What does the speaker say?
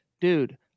dude